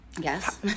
yes